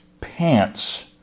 pants